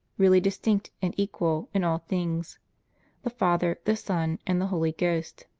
really distinct, and equal in all things the father, the son, and the holy ghost.